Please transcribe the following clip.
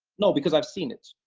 no, because i've seen it.